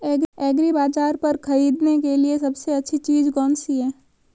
एग्रीबाज़ार पर खरीदने के लिए सबसे अच्छी चीज़ कौनसी है?